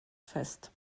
fest